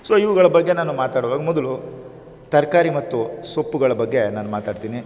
so ಇವುಗಳ ಬಗ್ಗೆ ನಾನು ಮಾತಾಡುವಾಗ ಮೊದಲು ತರಕಾರಿ ಮತ್ತು ಸೊಪ್ಪುಗಳ ಬಗ್ಗೆ ನಾನು ಮಾತಾಡ್ತೀನಿ